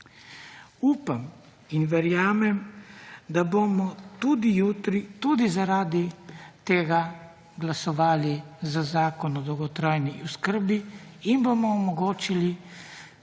Upam in verjamem, da bomo jutri tudi, zaradi tega glasovali za Zakon o dolgotrajni oskrbi in bomo omogočili